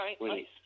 right